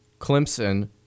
Clemson